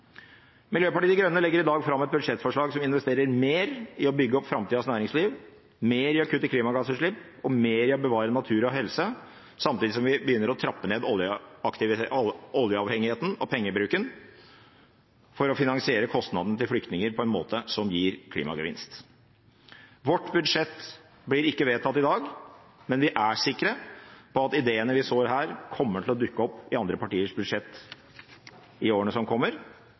Miljøpartiet De Grønne legger i dag fram et budsjettforslag som investerer mer i oppbygging av framtidas næringsliv, med mer i kutt i klimagassutslipp og mer til bevaring av natur og helse, samtidig som vi begynner å trappe ned oljeavhengigheten og pengebruken for å finansiere kostnadene til flyktningene, på en måte som gir klimagevinst. Vårt budsjett blir ikke vedtatt i dag, men vi er sikre på at ideene vi sår her, kommer til å dukke opp i andre partiers budsjett i årene som kommer.